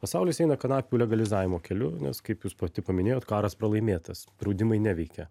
pasaulis eina kanapių legalizavimo keliu nes kaip jūs pati paminėjot karas pralaimėtas draudimai neveikia